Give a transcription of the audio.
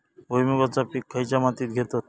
भुईमुगाचा पीक खयच्या मातीत घेतत?